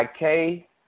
IK